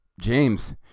James